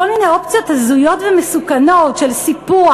מיני אופציות הזויות ומסוכנות של סיפוח,